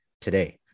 today